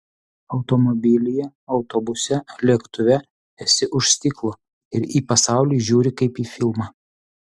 automobilyje autobuse lėktuve esi už stiklo ir į pasaulį žiūri kaip į filmą